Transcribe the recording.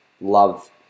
love